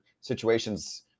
situations